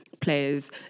Players